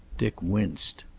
dick winced.